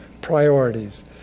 priorities